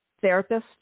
therapist